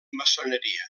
maçoneria